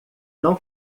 não